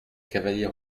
cavalier